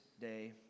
day